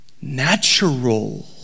natural